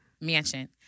Mansion